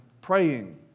praying